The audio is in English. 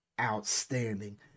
outstanding